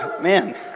Man